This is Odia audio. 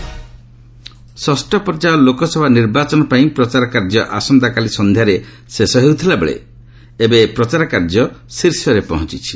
କ୍ୟାମ୍ପେନିଂ ଷଷ୍ଠ ପର୍ଯ୍ୟାୟ ଲୋକସଭା ନିର୍ବାଚନ ପାଇଁ ପ୍ରଚାର କାର୍ଯ୍ୟ ଆସନ୍ତାକାଲି ସନ୍ଧ୍ୟାରେ ସମାପ୍ତ ହେଉଥିବାବେଳେ ପ୍ରଚାର କାର୍ଯ୍ୟ ଏବେ ଶୀର୍ଷରେ ପହଞ୍ଚିଛି